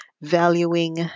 valuing